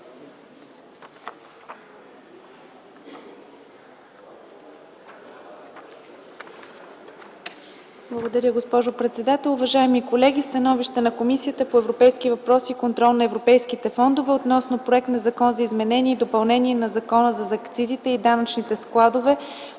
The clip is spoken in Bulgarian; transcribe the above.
Благодаря, госпожо председател. Уважаеми колеги, „СТАНОВИЩЕ на Комисията по европейски въпроси и контрол на европейските фондове относно Законопроект за изменение и допълнение на Закона за акцизите и данъчните складове,